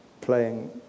playing